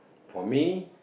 for me